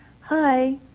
Hi